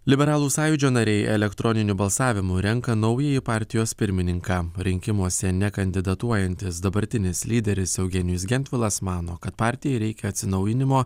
liberalų sąjūdžio nariai elektroniniu balsavimu renka naująjį partijos pirmininką rinkimuose nekandidatuojantis dabartinis lyderis eugenijus gentvilas mano kad partijai reikia atsinaujinimo